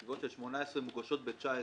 התביעות של 18 מוגשות ב-19.